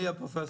אדוני הפרופסור,